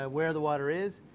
ah where the water is,